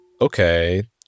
Okay